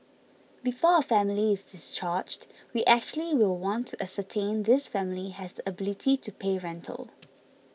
before a family is discharged we actually will want to ascertain this family has the ability to pay rental